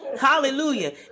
Hallelujah